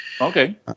okay